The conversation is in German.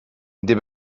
der